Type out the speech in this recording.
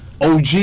OG